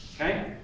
Okay